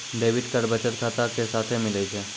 debit card बचत खाता के साथे मिलै छै